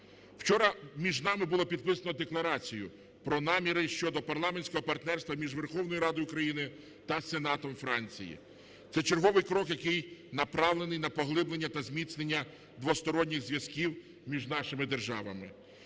Вчора між нами було підписано Декларацію про наміри щодо парламентського партнерства між Верховною Радою України та Сенатом Франції. Це черговий крок, який направлений на поглиблення та зміцнення двосторонніх зв'язків між нашими державами.